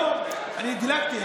אני דילגתי.